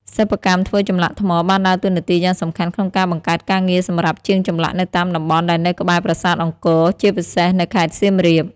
សិប្បកម្មធ្វើចម្លាក់ថ្មបានដើរតួនាទីយ៉ាងសំខាន់ក្នុងការបង្កើតការងារសម្រាប់ជាងចម្លាក់នៅតាមតំបន់ដែលនៅក្បែរប្រាសាទអង្គរ ជាពិសេសនៅខេត្តសៀមរាប។